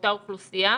באותה אוכלוסייה,